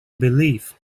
believe